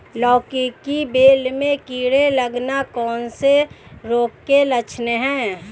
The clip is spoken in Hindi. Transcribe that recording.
लौकी की बेल में कीड़े लगना कौन से रोग के लक्षण हैं?